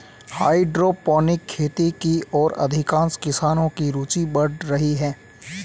hydroponic खेती की ओर अधिकांश किसानों की रूचि बढ़ रही है